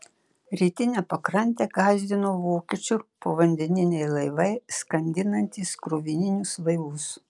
rytinę pakrantę gąsdino vokiečių povandeniniai laivai skandinantys krovininius laivus